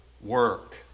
work